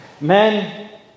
Men